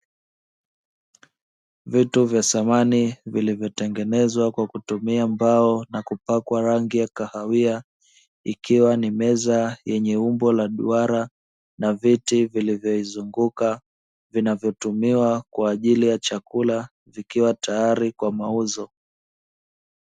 Vitu vya samani vilivotengenezwa kwa kutumia mbao na kupakwa rangi ya kahawia, ikiwa ni meza yenye umbo la duara na viti vilivyoizunguka, vinavotumiwa kwa ajili ya chakula, vikiwa tayari kwa mauzo.